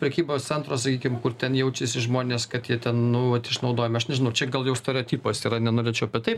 prekybos centro sakykim kur ten jaučiasi žmonės kad jie ten nu išnaudojami aš nežinau čia gal jau stereotipas yra nenorėčiau apie tai